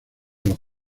los